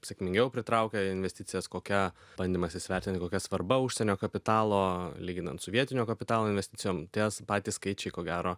sėkmingiau pritraukia investicijas kokia bandymas įsivertinti kokia svarba užsienio kapitalo lyginant su vietinio kapitalo investicijom ties patys skaičiai ko gero